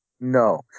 No